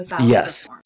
Yes